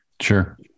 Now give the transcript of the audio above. sure